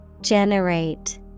Generate